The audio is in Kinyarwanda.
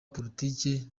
politiki